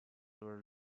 were